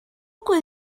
could